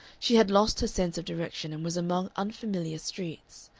she had lost her sense of direction, and was among unfamiliar streets.